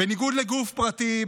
בניגוד לגוף פרטי,